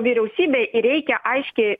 vyriausybei reikia aiškiai